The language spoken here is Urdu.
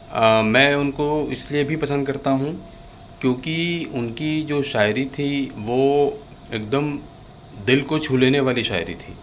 میں ان کو اس لیے بھی پسند کرتا ہوں کیوںکہ ان کی جو شاعری تھی وہ ایکدم دل کو چھو لینے والی شاعری تھی